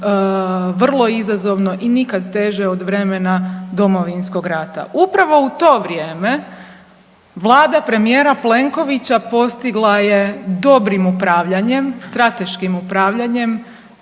vrlo izazovno i nikad teže od vremena Domovinskog rata. Upravo u to vrijeme vlada premijera Plenkovića postigla je dobrim upravljanjem, strateškim upravljanjem